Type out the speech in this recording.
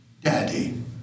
Daddy